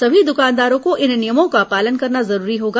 सभी दुकानदारों को इन नियमों का पालन करना जरूरी होगा